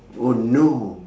oh no